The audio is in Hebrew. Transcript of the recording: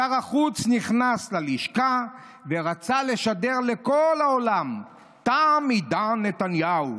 שר החוץ נכנס ללשכה ורצה לשדר לכל העולם: תם עידן נתניהו.